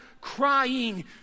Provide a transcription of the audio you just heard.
crying